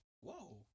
Whoa